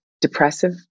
depressive